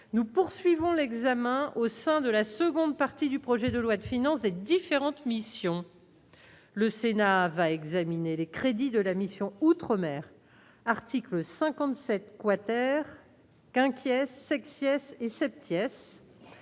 nous poursuivons l'examen au sein de la seconde partie du projet de loi de finances des différentes missions : le Sénat va examiner les crédits de la mission outre-mer. Article 57 quater inquiète sexuelle et